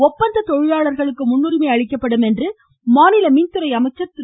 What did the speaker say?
ஒப்பந்த தொழிலாளர்களுக்கு முன்னுரிமை அளிக்கப்படும் என்று மாநில மின்துறை அமைச்சர் திரு